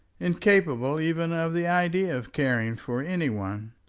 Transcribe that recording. incapable even of the idea of caring for any one?